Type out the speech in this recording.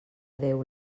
déu